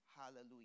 Hallelujah